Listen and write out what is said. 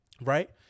right